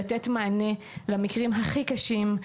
לתת מענה למקרים הכי קשים,